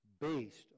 based